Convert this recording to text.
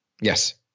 Yes